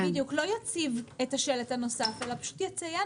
לא יציב את השלט הנוסף אלא פשוט יציין